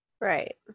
Right